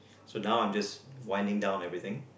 so now I'm just winding down everything